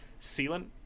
sealant